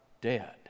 dead